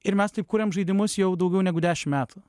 ir mes taip kuriam žaidimus jau daugiau negu dešim metų